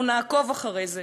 אנחנו נעקוב אחרי זה.